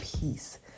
peace